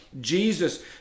Jesus